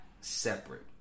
separate